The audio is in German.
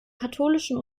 katholischen